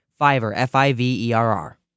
F-I-V-E-R-R